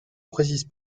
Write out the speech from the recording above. précise